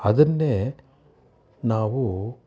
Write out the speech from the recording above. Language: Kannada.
ಅದನ್ನೇ ನಾವು